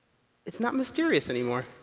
it's not mysterious anymore,